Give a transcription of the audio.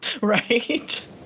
Right